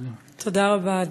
אנחנו חייבים להתאחד ולומר